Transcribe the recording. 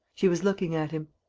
she was looking at him.